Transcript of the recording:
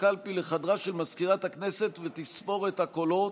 הקלפי לחדרה של מזכירת הכנסת ותספור את הקולות.